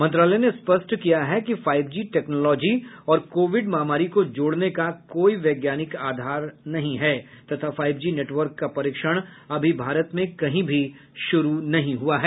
मंत्रालय ने स्पष्ट किया है कि फाइव जी टेक्नोलॉजी और कोविड महामारी को जोड़ने का कोई वैज्ञानिक आधार नहीं है तथा फाइव जी नेटवर्क का परीक्षण अभी भारत में कहीं भी शुरू नहीं हुआ है